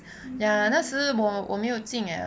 ya 那时我没有进诶